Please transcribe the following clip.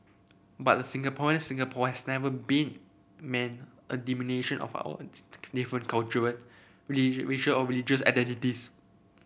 but a Singaporean Singapore has never been meant a diminution of our different cultural racial or religious identities